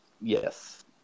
yes